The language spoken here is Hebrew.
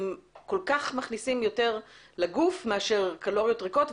הם כל כך מכניסים יותר לגוף מאשר קלוריות ריקות,